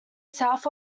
south